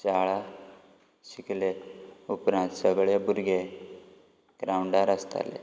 शाळा शिकले उपरान सगळे भुरगे ग्रावंडार आसताले